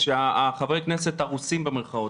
חברי הכנסת הרוסים במירכאות,